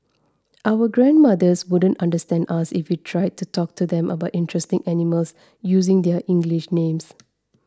our grandmothers wouldn't understand us if we tried to talk to them about interesting animals using their English names